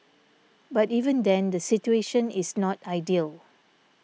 but even then the situation is not ideal